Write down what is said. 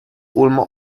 ulmer